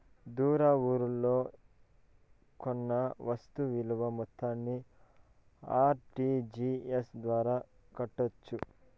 దూర ఊర్లలో కొన్న వస్తు విలువ మొత్తాన్ని ఆర్.టి.జి.ఎస్ ద్వారా కట్టొచ్చా?